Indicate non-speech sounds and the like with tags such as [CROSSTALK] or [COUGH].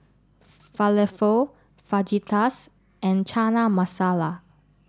[UNINTELLIGIBLE] falafel Fajitas and Chana Masala